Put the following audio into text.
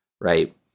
right